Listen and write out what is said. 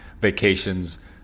vacations